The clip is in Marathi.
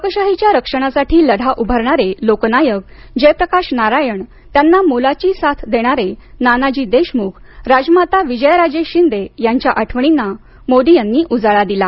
लोकशाहीच्या रक्षणासाठी लढा उभारणारे लोकनायक जयप्रकाश नारायण त्यांना मोलाची साथ देणारे नानाजी देशमुख राजमाता विजयाराजे शिंदे यांच्या आठवणींना मोदी यांनी उजाळा दिला